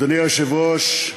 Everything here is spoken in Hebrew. אדוני היושב-ראש,